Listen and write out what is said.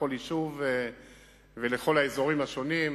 לכל יישוב ולכל האזורים השונים,